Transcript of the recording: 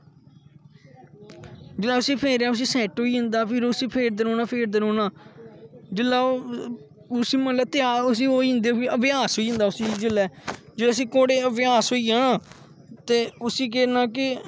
जिसले उसी फेरेआ उसी सैट्ट होई जंदा फिर उसी फेरदे रौहना फेरदे रौहना जिसलै ओह् उसी मतलब त्यार ओह् होई जंदे अभ्यास होई जंदा फिर उसी जिसलै जिसलै उसी घोडे़ दा अभ्यस होई गेआ ना ते उसी केह् करना कि